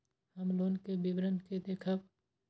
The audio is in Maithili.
हम लोन के विवरण के देखब?